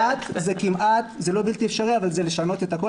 זה לא בלתי אפשרי אבל זה לשנות את ---,